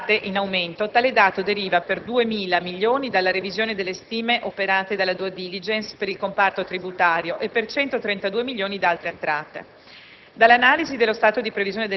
Per quanto concerne le entrate, in aumento, tale dato deriva per 2.000 milioni dalla revisione delle stime operata dalla *due* *diligence* per il comparto tributario e per 132 milioni da altre entrate;